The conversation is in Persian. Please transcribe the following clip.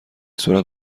سرعت